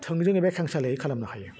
थोंजों एबा खेंसालियायै खालामनो हायो